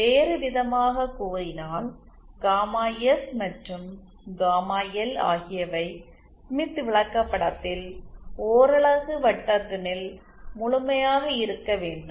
வேறுவிதமாகக் கூறினால் gamma S மற்றும் காமா எல் ஆகியவை ஸ்மித் விளக்கப்படத்தில் ஓரலகு வட்டத்தினுள் முழுமையாக இருக்க வேண்டும்